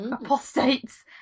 apostates